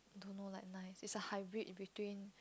don't know like nice it's a hybrid between